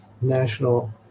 national